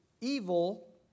evil